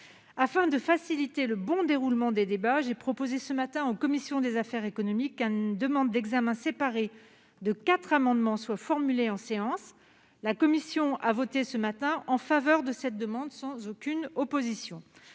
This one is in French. Afin de faciliter le bon déroulement des débats, j'ai proposé ce matin en commission des affaires économiques qu'une demande d'examen séparé de quatre amendements soit formulée en séance. La commission a voté ce matin en faveur de cette demande, sans aucune opposition.